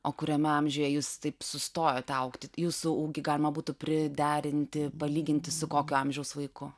o kuriame amžiuje jūs taip sustojote augti jūsų ūgį galima būtų priderinti palyginti su kokio amžiaus vaiku